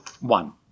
one